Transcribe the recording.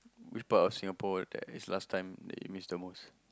which part of Singapore that is last time that you miss the most